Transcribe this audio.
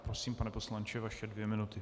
Prosím, pane poslanče, vaše dvě minuty .